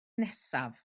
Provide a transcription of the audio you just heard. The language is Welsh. nesaf